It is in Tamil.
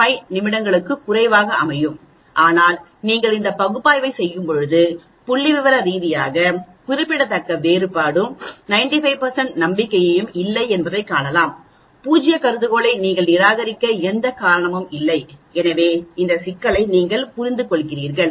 5 நிமிடங்களுக்கு குறைவாக அமையும் ஆனால் நீங்கள் இந்த பகுப்பாய்வைச் செய்யும்போது புள்ளிவிவர ரீதியாக குறிப்பிடத்தக்க வேறுபாடும் 95 நம்பிக்கையும் இல்லை என்பதைக் காணலாம் பூஜ்ய கருதுகோளை நீங்கள் நிராகரிக்க எந்த காரணமும் இல்லை எனவே இந்த சிக்கலை நீங்கள் புரிந்துகொள்கிறீர்கள்